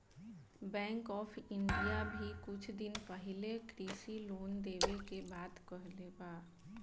bank of India भी कुछ दिन पाहिले कृषि लोन देवे के बात कहले बा